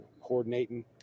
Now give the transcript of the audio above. coordinating